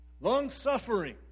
Long-suffering